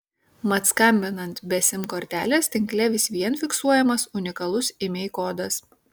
mat skambinant be sim kortelės tinkle vis vien fiksuojamas unikalus imei kodas